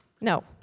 No